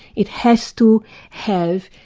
it has to have,